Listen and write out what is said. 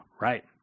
Right